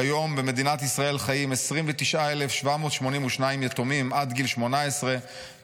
"כיום במדינת ישראל חיים 29,782 יתומים עד גיל 18 ו-44,864